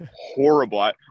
horrible